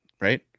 Right